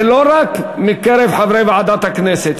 ולא רק מקרב חברי ועדת הכנסת".